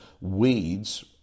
weeds